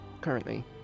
currently